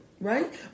right